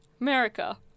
America